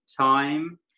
time